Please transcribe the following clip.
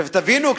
תבינו,